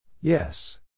Yes